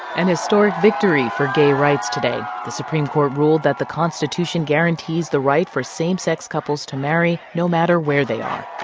an historic victory for gay rights today the supreme court ruled that the constitution guarantees the right for same-sex couples to marry, no matter where they are